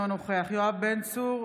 אינו נוכח יואב בן צור,